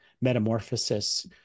metamorphosis